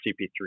CP3